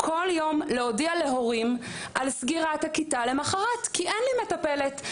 כל יום להודיע להורים על סגירת הכיתה למחרת כי אין לי מטפלת,